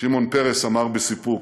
שמעון פרס אמר בסיפוק: